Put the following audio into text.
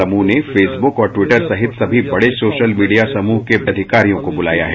समूह ने फेसबुक और ट्विटर सहित सभी बड़े सोशल मीडिया समूह के अधिकारियों को बुलाया है